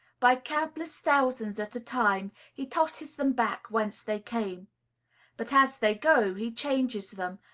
by countless thousands at a time he tosses them back whence they came but as they go, he changes them,